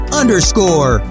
underscore